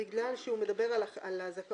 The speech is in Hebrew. בגלל שהוא מדבר על הזכאות,